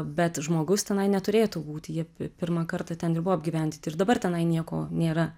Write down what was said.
bet žmogus tenai neturėtų būti jie pi pirmą kartą ten ir buvo apgyvendyti ir dabar tenai nieko nėra